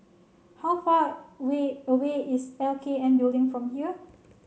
how far way away is L K N Building from here